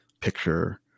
picture